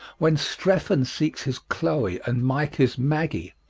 when strephon seeks his chloe and mike his maggie,